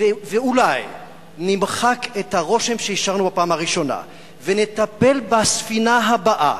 ואולי נמחק את הרושם שהשארנו בפעם הראשונה ונטפל בספינה הבאה,